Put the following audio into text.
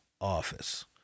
office